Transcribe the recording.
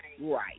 right